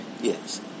Yes